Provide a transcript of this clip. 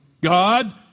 God